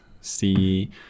see